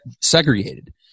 segregated